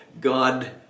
God